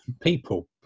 people